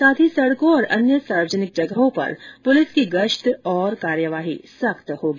साथ ही सड़कों और अन्य सार्वजनिक जगहों पर पुलिस की गश्त तथा कार्यवाही सख्त होगी